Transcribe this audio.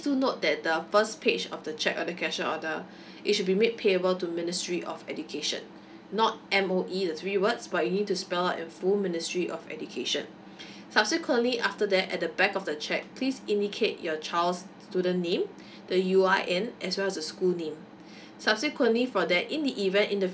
do note that the first page of the cheque or the cashier order it should be made payable to ministry of education not M_O_E the three words but you need to spell out in full ministry of education subsequently after that at the back of the cheque please indicate your child's student name the _U_R_N as well as the school name subsequently for that in the event in the